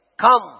come